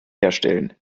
herstellen